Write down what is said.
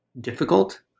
difficult